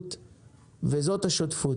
בהתנדבות וזאת השותפות.